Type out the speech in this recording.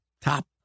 top